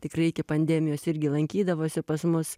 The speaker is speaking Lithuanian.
tikrai iki pandemijos irgi lankydavosi pas mus